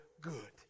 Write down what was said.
good